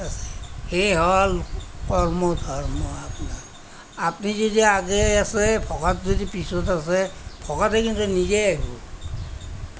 সেয়ে হ'ল কৰ্ম ধৰ্ম আপোনাৰ আপুনি যদি আগেয়ে আছে ভকত যদি পিছত আছে ভকতে কিন্তু নিজেই আহিব